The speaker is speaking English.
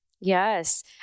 Yes